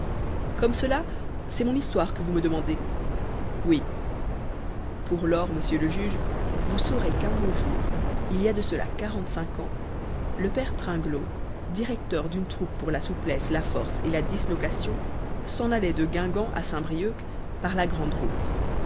comme cela c'est mon histoire que vous me demandez oui pour lors monsieur le juge vous saurez qu'un beau jour il y a de cela quarante-cinq ans le père tringlot directeur d'une troupe pour la souplesse la force et la dislocation s'en allait de guingamp à saint brieuc par la grande route